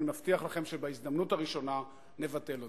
אני מבטיח לכם שבהזדמנות הראשונה נבטל אותה.